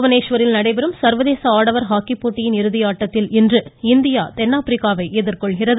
புவனேஷ்வரில் நடைபெறும் சர்வதேச ஆடவர் ஹாக்கி போட்டியின் இறுதி ஆட்டத்தில் இன்று இந்தியா தென்னாப்பிரிக்காவை எதிர்கொள்கிறது